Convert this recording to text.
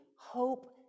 HOPE